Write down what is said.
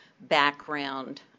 background